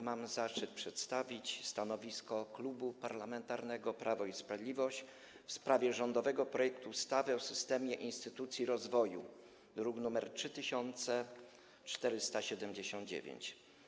Mam zaszczyt przedstawić stanowisko Klubu Parlamentarnego PiS w sprawie rządowego projektu ustawy o systemie instytucji rozwoju, druk nr 3479.